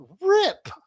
rip